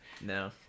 No